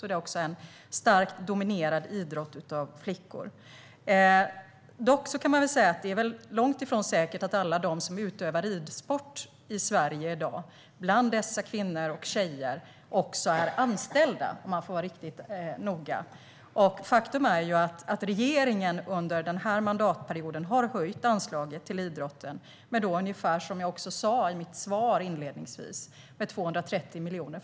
Det är en idrott som domineras starkt av flickor. Det är dock långt ifrån säkert att alla som utövar ridsport i Sverige i dag, bland dessa kvinnor och tjejer, också är anställda - om man ska vara riktigt noga. Faktum är att regeringen under den här mandatperioden har höjt anslaget till idrotten med ungefär 230 miljoner, vilket jag också sa i mitt svar inledningsvis.